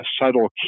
subtle